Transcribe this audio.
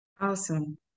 Awesome